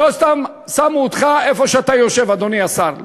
לא סתם שמו אותך איפה שאתה יושב, אדוני השר.